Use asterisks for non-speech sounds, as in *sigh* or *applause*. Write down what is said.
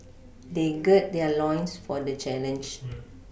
they gird their loins for the challenge *noise*